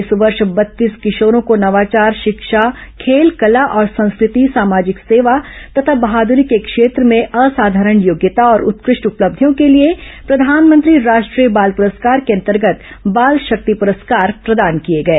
इस वर्ष बत्तीस किशोरों को नवाचार शिक्षा खेल कला और संस्कृति सामाजिक सेवा तथा बहादुरी के क्षेत्र में असाधारण योग्यता और उत्कृष्ट उपलब्धियों के लिए प्रधानमंत्री राष्ट्रीय बाल प्रस्कार के अंतर्गत बाल शक्ति प्रस्कार प्रदान किये गये